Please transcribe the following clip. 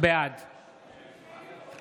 בעד